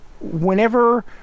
whenever